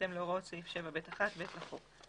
בהתאם להוראות סעיף 7ב1(ב) לחוק.